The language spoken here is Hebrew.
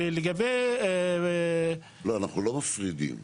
לא, אנחנו לא מפרידים.